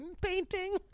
painting